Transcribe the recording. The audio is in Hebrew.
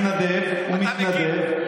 הוא מתנדב,